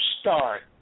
start